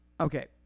okay